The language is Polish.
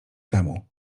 temu